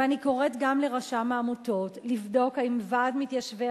ואני קוראת גם לרשם העמותות לבדוק אם ועד מתיישבי